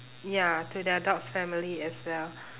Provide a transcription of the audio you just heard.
ya to their dog's family as well